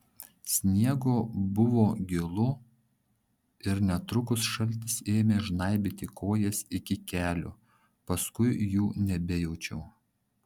sniego buvo gilu ir netrukus šaltis ėmė žnaibyti kojas iki kelių paskui jų nebejaučiau